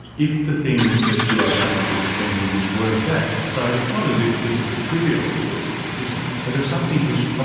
if the thing that you are going to be defending is worth that. so it's not as if this is a trivial sort of decision, but there are some things which. ah